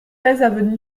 avenue